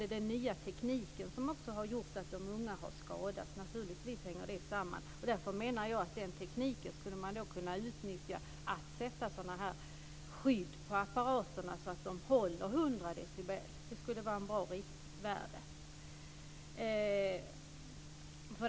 Det är den nya tekniken som också har gjort att de unga har skadats. Det hänger naturligtvis samman. Därför menar jag att man skulle kunna utnyttja den här tekniken för att sätta skydd på apparaterna så att de håller 100 decibel. Det skulle vara ett bra riktvärde.